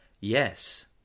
Yes